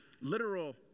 literal